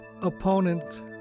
opponent